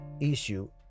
issue